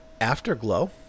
Afterglow